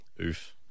Oof